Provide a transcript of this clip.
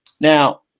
Now